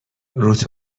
روت